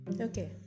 Okay